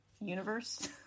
universe